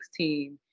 2016